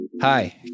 Hi